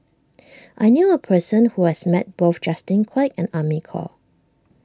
I knew a person who has met both Justin Quek and Amy Khor